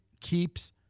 keeps